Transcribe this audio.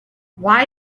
why